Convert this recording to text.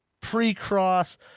pre-cross